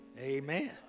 amen